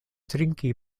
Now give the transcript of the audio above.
trinki